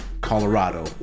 Colorado